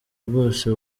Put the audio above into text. bwose